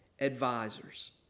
advisors